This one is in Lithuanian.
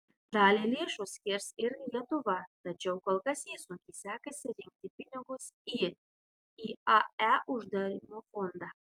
dalį lėšų skirs ir lietuva tačiau kol kas jai sunkiai sekasi rinkti pinigus į iae uždarymo fondą